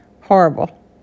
Horrible